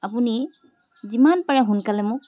আপুনি যিমান পাৰে সোনকালে মোক